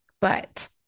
But-